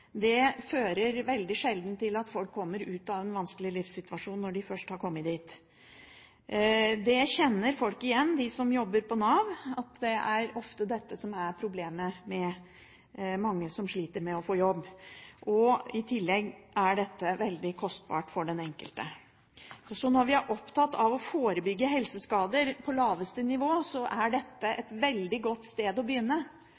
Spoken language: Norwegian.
utmattethet, fører veldig sjelden til at folk kommer ut av en vanskelig livssituasjon når de først har kommet dit. Det kjenner folk igjen, de som jobber på Nav: Det er ofte dette som er problemet med mange som sliter med å få jobb. I tillegg er dette veldig kostbart for den enkelte. Så når vi er opptatt av å forebygge helseskader på laveste nivå, er dette et veldig godt sted å begynne